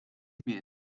żmien